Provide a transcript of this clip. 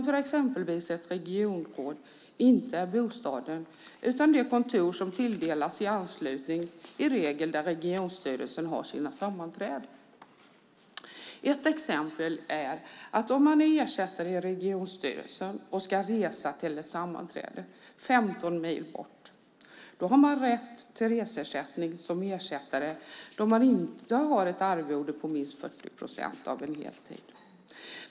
För exempelvis ett regionråd är det inte bostaden utan det kontor som i regel tilldelas i anslutning till där regionstyrelsen har sina sammanträden. Ett exempel är att om man är ersättare i regionstyrelsen och ska resa till ett sammanträde 15 mil bort har man rätt till reseersättning som ersättare då man inte har ett arvode på minst 40 procent av en heltid.